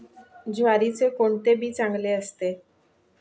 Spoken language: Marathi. ज्वारीचे कोणते बी चांगले असते?